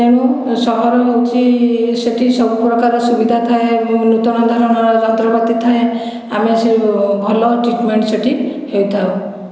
ତେଣୁ ସହର ହେଉଛି ସେଠି ସବୁ ପ୍ରକାର ସୁବିଧା ଥାଏ ଏବଂ ନୂତନ ଧରଣର ଯନ୍ତ୍ରପାତି ଥାଏ ଆମେ ସେଇ ଭଲ ଟ୍ରିଟମେଣ୍ଟ ସେଠି ହେଇଥାଉ